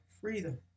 freedom